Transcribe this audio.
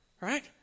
Right